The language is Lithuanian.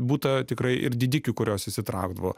būta tikrai ir didikių kurios įsitraukdavo